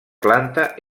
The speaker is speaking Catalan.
planta